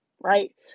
right